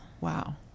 Wow